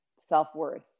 self-worth